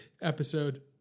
episode